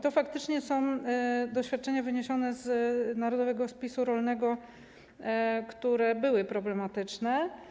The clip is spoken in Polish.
To faktycznie są doświadczenia wyniesione z powszechnego spisu rolnego, które były problematyczne.